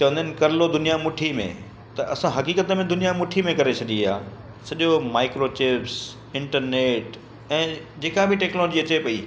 चवंदा आहिनि कर लो दुनिया मुठी में त असां हक़ीक़त में दुनिया मुठी में करे छॾी आहे सॼो माइक्रोचिप्स इंटरनेट ऐं जेका बि टैक्नोलॉजी अचे पई